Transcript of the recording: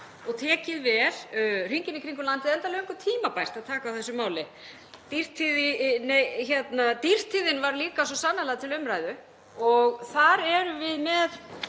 og tekið vel hringinn í kringum landið enda löngu tímabært að taka á þessu máli. Dýrtíðin var líka svo sannarlega til umræðu og þar erum við með